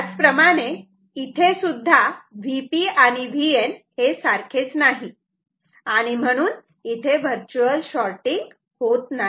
त्याचप्रमाणे इथेसुद्धा Vp आणि Vn हे सारखेच नाही आणि म्हणून इथे वर्च्युअल शॉटिंग होत नाही